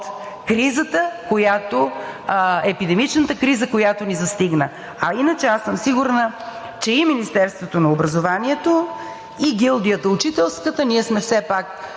от епидемичната криза, която ни застигна. А иначе, аз съм сигурна, че и Министерството на образованието, и учителската гилдия – ние сме все пак